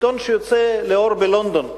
עיתון שיוצא לאור בלונדון,